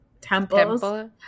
temples